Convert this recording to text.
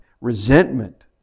resentment